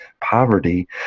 poverty